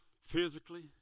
physically